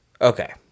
Okay